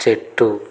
చెట్టు